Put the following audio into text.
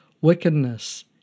wickedness